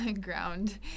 ground